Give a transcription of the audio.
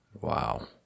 Wow